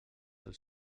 els